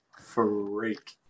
freak